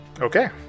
Okay